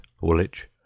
Woolwich